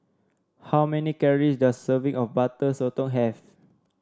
how many calories does a serving of Butter Sotong have